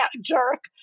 jerk